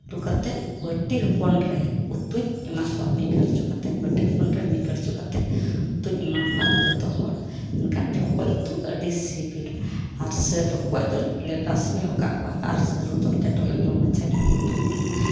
ᱞᱩ ᱠᱟᱛᱮᱫ ᱵᱟᱹᱴᱤ ᱦᱚᱯᱚᱱ ᱨᱮ ᱩᱛᱩᱧ ᱮᱢᱟᱜ ᱠᱚᱣᱟ ᱢᱤᱫ ᱠᱟᱹᱲᱪᱩ ᱠᱟᱛᱮᱫ ᱵᱟᱹᱴᱤ ᱦᱚᱯᱚᱱ ᱨᱮ ᱢᱤᱫ ᱠᱟᱹᱲᱪᱩ ᱠᱟᱛᱮᱫ ᱩᱛᱩᱧ ᱮᱢᱟᱜ ᱠᱚᱣᱟ ᱡᱚᱛᱚ ᱦᱚᱲ ᱢᱮᱱᱠᱷᱟᱱ ᱨᱚᱠᱚᱡ ᱩᱛᱩ ᱟᱹᱰᱤ ᱥᱤᱵᱤᱞ ᱟᱨ ᱨᱚᱠᱚᱡ ᱫᱩᱧ ᱨᱟᱥᱮ ᱧᱚᱜ ᱟᱠᱟᱫ ᱠᱚᱣᱟ ᱟᱨ ᱥᱟᱹᱨᱩ ᱫᱚ ᱞᱮᱴᱚ ᱞᱮᱴᱚ ᱢᱟᱪᱷᱟᱧ ᱩᱛᱩ ᱟᱠᱟᱫᱟ